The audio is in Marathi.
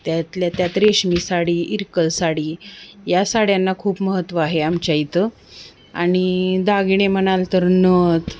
त्यातल्या त्यात रेशमी साडी इरकल साडी या साड्यांना खूप महत्त्व आहे आमच्या इथं आणि दागिने म्हणाल तर नथ